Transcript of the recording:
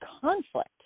conflict